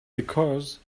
because